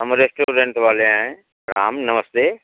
हम रेस्टोरेंट वाले हैं प्रणाम नमस्ते